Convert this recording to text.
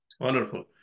Wonderful